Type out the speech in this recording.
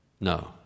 No